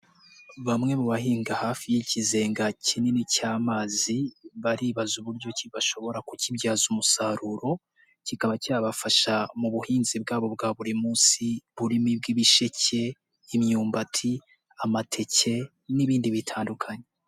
Bamwe mu bahinga hafi y'ikizenga kinini cy'amazi baribaza uburyo ki bashobora kukibyaza umusaruro kikaba cyabafasha mu buhinzi bwabo bwa buri munsi burimo ubw'ibisheke, imyumbati, amateke n'ibindi bitandukanye.